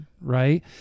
right